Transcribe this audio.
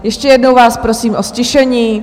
Ještě jednou vás prosím o ztišení.